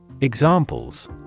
Examples